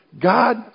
God